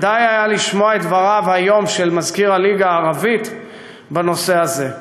ודי היה לשמוע את דבריו היום של מזכיר הליגה הערבית בנושא הזה.